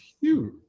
huge